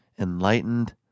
enlightened